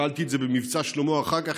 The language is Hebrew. שאלתי את זה במבצע שלמה אחר כך,